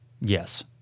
Yes